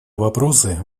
вопросы